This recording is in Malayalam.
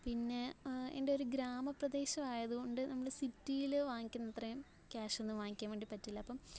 പിന്നെ എൻ്റെയൊരു ഗ്രാമപ്രദേശമായതുകൊണ്ട് നമ്മൾ സിറ്റിയിൽ വാങ്ങിക്കുന്നത്രയും ക്യാഷൊന്നും വാങ്ങിക്കാൻ വേണ്ടി പറ്റില്ല അപ്പം